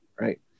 right